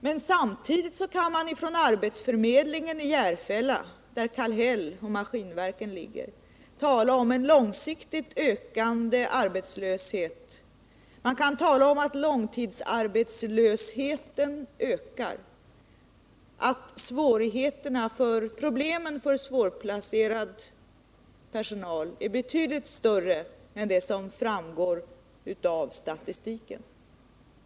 Men samtidigt kan man från arbetsförmedlingen i Järfälla, där Kallhäll och Maskinverken ligger, tala om en långsiktigt ökande arbetslöshet. Man kan tala om att långtidsarbetslösheten ökar, att problemen för svårplacerad personal är betydligt större än vad som framgår av statistiken.